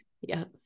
yes